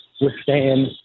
withstand